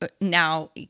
now